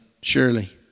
surely